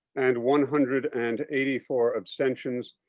and one hundred and eighty four abstentions.